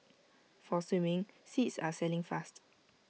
for swimming seats are selling fast